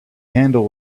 handle